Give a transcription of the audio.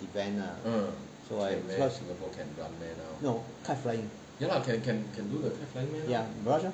event lah so I just no kite flying ya barrage lor